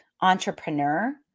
entrepreneur